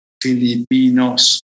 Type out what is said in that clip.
Filipinos